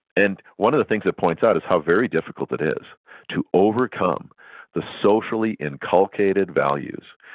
and one of the things it points out is how very difficult it is to overcome the socially inculcated values,